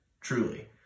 truly